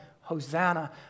Hosanna